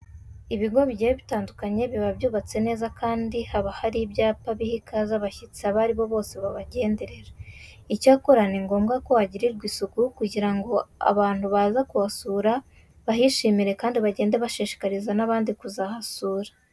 Ibigo bigiye bitandukanye biba byubatse neza kandi haba hari ibyapa biha ikaze abashyitsi abo ari bo bose babagenderera. Icyakora ni ngombwa ko hagirirwa isuku kugira ngo abantu baza kuhasura bahishimire kandi bagende bashishikariza n'abandi kuzahasura.